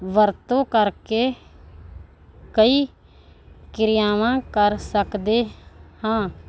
ਵਰਤੋਂ ਕਰਕੇ ਕਈ ਕਿਰਿਆਵਾਂ ਕਰ ਸਕਦੇ ਹਾਂ